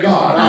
God